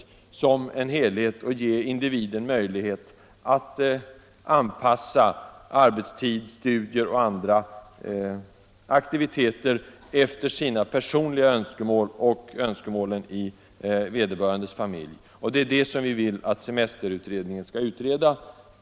Genom en sådan helhetssyn kunde individen ges möjlighet att anpassa arbetstid, studier och andra aktiviteter efter sina egna och sin familjs önskemål. Det är detta som vi vill att semesterutredningen skall tänka över.